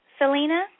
Selena